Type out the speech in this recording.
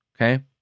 okay